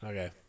Okay